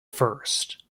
first